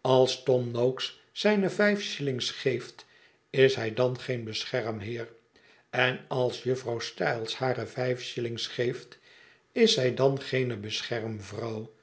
als tom noakeszijne vijf shillings geeft is hij dan geen beschermheer en als juffrouw styles hare vijf shillings geeft is zij dan geene beschermvrouw